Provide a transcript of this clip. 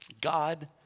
God